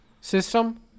system